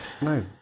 no